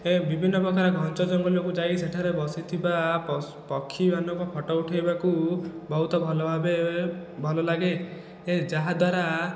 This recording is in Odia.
ଏ ବିଭିନ୍ନ ପ୍ରକାର ଘଞ୍ଚ ଜଙ୍ଗଲକୁ ଯାଇ ସେଠାରେ ବସିଥିବା ପକ୍ଷୀମାନଙ୍କ ଫଟୋ ଉଠେଇବାକୁ ବହୁତ ଭଲଭାବେ ଭଲ ଲାଗେ ଏ ଯାହାଦ୍ଵାରା